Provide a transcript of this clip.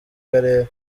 karere